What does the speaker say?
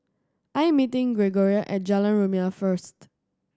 I am meeting Gregoria at Jalan Rumia first